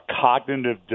cognitive